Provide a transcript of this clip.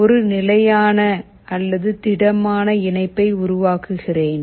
ஒரு நிலையானதிடமான இணைப்பை உருவாக்குகிறேன்